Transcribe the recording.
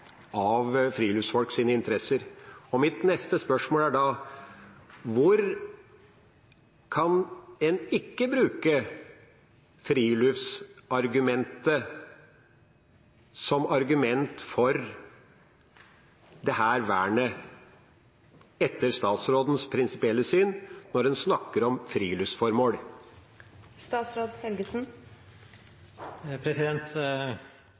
interesser. Mitt neste spørsmål er da: Hvor kan en ikke bruke friluftsliv som argument for dette vernet, etter statsrådens prinsipielle syn, når en snakker om